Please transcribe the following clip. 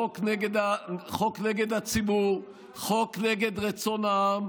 חוק נגד הציבור, חוק נגד רצון העם,